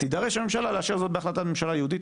"תידרש הממשלה לאשר זאת בהחלטת ממשלה ייעודית,